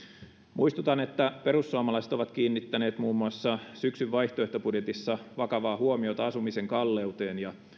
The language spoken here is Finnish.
muistutan että perussuomalaiset ovat kiinnittäneet muun muassa syksyn vaihtoehtobudjetissaan vakavaa huomiota asumisen kalleuteen ja